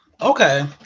Okay